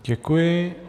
Děkuji.